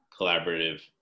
collaborative